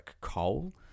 coal